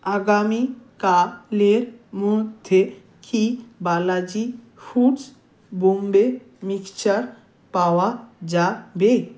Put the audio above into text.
আগামীকালের মধ্যে কি বালাজি ফুড্স বম্বে মিক্সচার পাওয়া যাবে